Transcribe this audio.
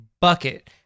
Bucket